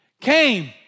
came